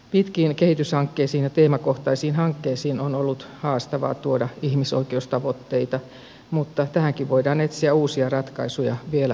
pitkiin kehityshankkeisiin ja teemakohtaisiin hankkeisiin on ollut haastavaa tuoda ihmisoikeustavoitteita mutta tähänkin voidaan etsiä uusia ratkaisuja vielä tällä hallituskaudella